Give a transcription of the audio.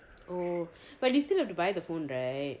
oh but you still have to buy the phone right